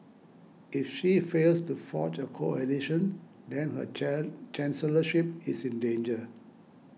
if she fails to forge a coalition then her Chan chancellorship is in danger